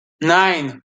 nine